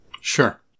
Sure